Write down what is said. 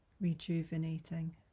rejuvenating